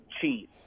cheese